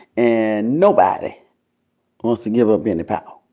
and nobody wants to give up any power.